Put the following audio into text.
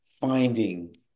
finding